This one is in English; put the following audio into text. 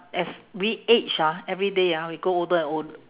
as we age ah everyday ah we grow older and old~